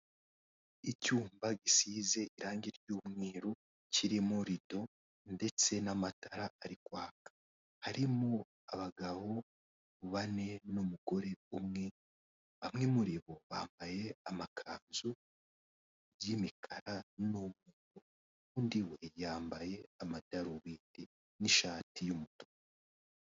Icyumba gisize irange ry'umweru kirimo rido ndetse n'amatara ari kwaka harimo abagabo bane n'umugore umwe bamwe muri bo bambaye amakanzu y'imikara n'umweru undi we yambaye amadarubindi n'ishati y'umutuku.